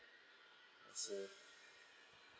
I see